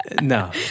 No